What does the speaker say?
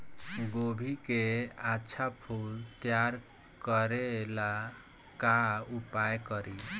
गोभी के अच्छा फूल तैयार करे ला का उपाय करी?